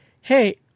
Hey